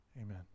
Amen